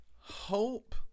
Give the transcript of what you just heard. hope